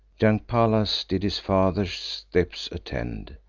young pallas did his father's steps attend,